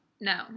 No